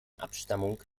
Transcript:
abstammung